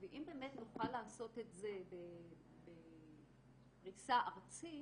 ואם באמת נוכל לעשות את זה בפריסה ארצית,